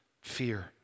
fear